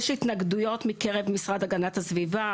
יש התנגדויות מקרב המשרד להגנת הסביבה,